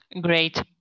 Great